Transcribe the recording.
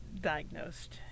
diagnosed